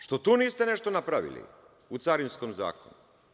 Što tu niste nešto napravili, u Carinskom zakonu?